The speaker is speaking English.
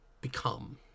become